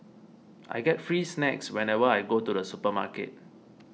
I get free snacks whenever I go to the supermarket